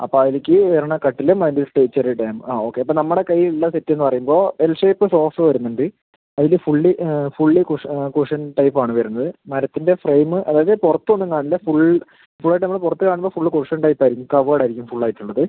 അപ്പം അതിലേക്ക് വരുന്ന കട്ടിലും അതിന്റെ ആ ഓക്കെ അപ്പം നമ്മുടെ കൈയ്യിൽ ഉള്ള സെറ്റ് എന്ന് പറയുമ്പം എൽ ഷേപ്പ് സോഫ വരുന്നുണ്ട് അതില് fully fully cushion cushion type ആണ് വരുന്നത് മരത്തിൻ്റെ ഫ്രെയിമ് അതായത് പുറത്ത് ഒന്നും കാണില്ല ഫുൾ ഫുൾ ആയിട്ട് നമ്മള് പുറത്ത് കാണുമ്പം ഫുള്ള് കുഷ്യൻ ടൈപ്പ് ആയിരിക്കും കവേർഡ് ആയിരിക്കും ഫുള്ള് ആയിട്ട് ഉള്ളത്